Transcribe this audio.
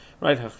Right